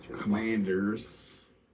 Commanders